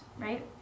right